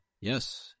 Yes